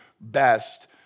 best